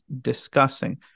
discussing